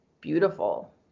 beautiful